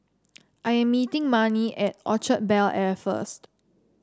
I'm meeting Marnie at Orchard Bel Air first